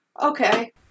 Okay